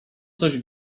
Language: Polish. coś